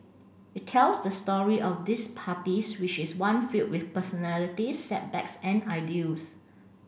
it tells the story of these parties which is one filled with personalities setbacks and ideals